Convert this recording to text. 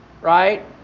right